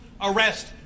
arrest